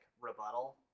rebuttal